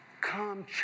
Come